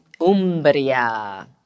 Umbria